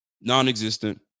non-existent